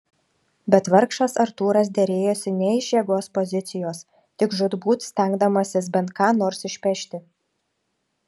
bet vargšas artūras derėjosi ne iš jėgos pozicijos tik žūtbūt stengdamasis bent ką nors išpešti